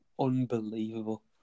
unbelievable